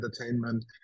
entertainment